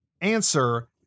answer